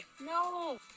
No